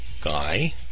guy